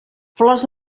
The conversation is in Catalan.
flors